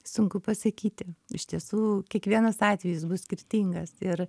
sunku pasakyti iš tiesų kiekvienas atvejis bus skirtingas ir